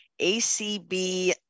ACB